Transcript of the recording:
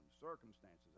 circumstances